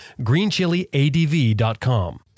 greenchiliadv.com